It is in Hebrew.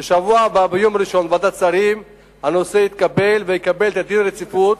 שביום ראשון בשבוע הבא הנושא יתקבל בוועדת השרים ויקבל את דין הרציפות.